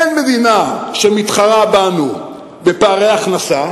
אין מדינה שמתחרה בנו בפערי הכנסה,